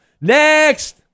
Next